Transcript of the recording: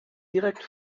direkt